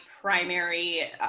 primary